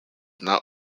not